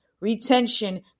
retention